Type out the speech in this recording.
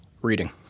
Reading